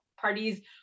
parties